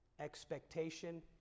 Expectation